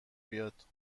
بیاد